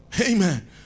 Amen